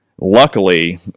Luckily